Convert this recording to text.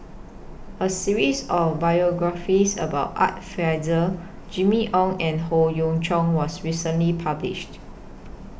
A series of biographies about Art Fazil Jimmy Ong and Howe Yoon Chong was recently published